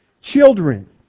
children